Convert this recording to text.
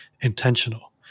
intentional